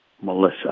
Melissa